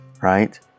right